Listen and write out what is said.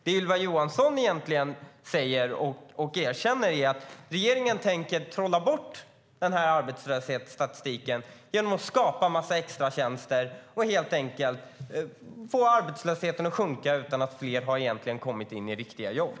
Det som Ylva Johansson säger och erkänner är att regeringen tänker trolla bort den arbetslöshetsstatistiken genom att skapa en massa extratjänster och helt enkelt få arbetslösheten att sjunka utan att fler egentligen har kommit in i riktiga jobb.